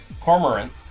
Cormorant